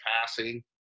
passing